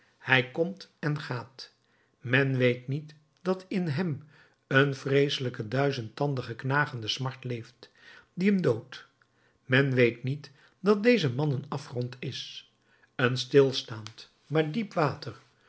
hij komt en gaat men weet niet dat in hem een vreeselijke duizendtandige knagende smart leeft die hem doodt men weet niet dat deze man een afgrond is een stilstaand maar diep water